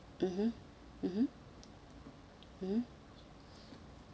mmhmm mmhmm mmhmm